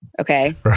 okay